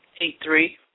Eight-three